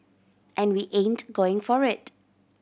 and we ain't going for it